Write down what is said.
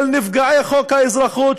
של נפגעי חוק האזרחות,